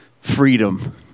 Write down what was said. freedom